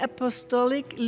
Apostolic